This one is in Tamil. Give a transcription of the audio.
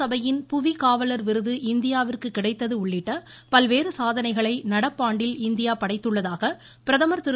சபையின் புவிகாவலர் விருது இந்தியாவிற்கு கிடைத்தது உள்ளிட்ட பல்வேறு சாதனைகளை நடப்பாண்டில் இந்தியா படைத்துள்ளதாக பிரதமா் திரு